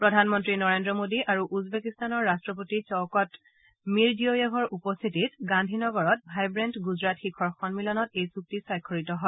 প্ৰধানমন্ত্ৰী নৰেন্দ্ৰ মোদী আৰু উজবেকিস্তানৰ ৰাট্টপতি চৌকত মিৰ জিয়'য়েভৰ উপস্থিতিত গান্ধীনগৰত ভাইব্ৰেণ্ট গুজৰাট শিখৰ সন্মিলনত এই চুক্তি স্বাক্ষৰিত হয়